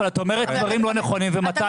אבל את אומרת דברים לא נכונים ומטעה את הוועדה.